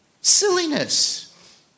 Silliness